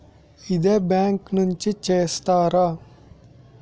ఇదే బ్యాంక్ నుంచి చేస్తారా?